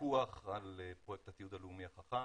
בפיקוח על פרויקט התיעוד הלאומי החכם,